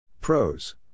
Pros